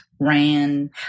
ran